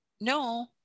no